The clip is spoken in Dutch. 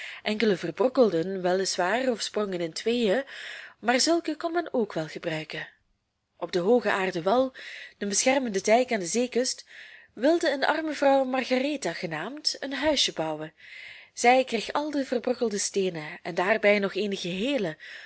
verbrokkelden wel is waar of sprongen in tweeën maar zulke kon men ook wel gebruiken op den hoogen aarden wal den beschermenden dijk aan de zeekust wilde een arme vrouw margaretha genaamd een huisje bouwen zij kreeg al de verbrokkelde steenen en daarbij nog eenige heele